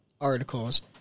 articles